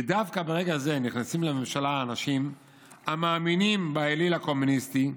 ודווקא ברגע זה נכנסים לממשלה אנשים המאמינים באליל הקומוניסטי.